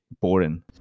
boring